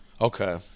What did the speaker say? Okay